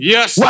Yes